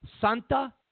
Santa